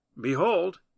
Behold